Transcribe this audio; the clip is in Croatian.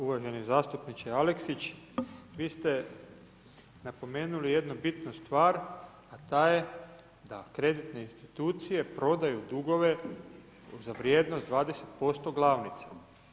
Uvaženi zastupniče Aleksić, vi ste napomenuli jednu bitnu stvar, a ta je da kreditne institucije prodaju dugove za vrijednost 20% glavnice.